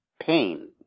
Pain